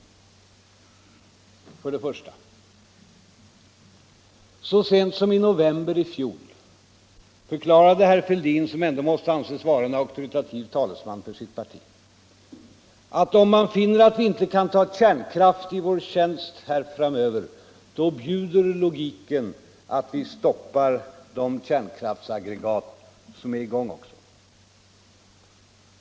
För det första: Så sent som i november i fjol förklarade herr Fälldin, som ändå måste anses vara en auktoritativ talesman för sitt parti, att ”om man —--—-- finner att vi inte kan ta kärnkraft i vår tjänst här framöver --—- då bjuder logiken att vi stoppar dem som är i gång också”.